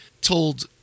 told